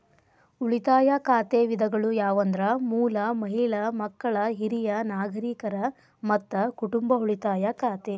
ಉಳಿತಾಯ ಖಾತೆ ವಿಧಗಳು ಯಾವಂದ್ರ ಮೂಲ, ಮಹಿಳಾ, ಮಕ್ಕಳ, ಹಿರಿಯ ನಾಗರಿಕರ, ಮತ್ತ ಕುಟುಂಬ ಉಳಿತಾಯ ಖಾತೆ